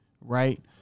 right